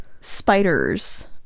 spiders